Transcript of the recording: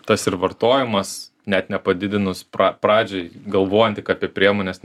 tas ir vartojimas net nepadidinus pradžiai galvojant tik apie priemones